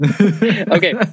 okay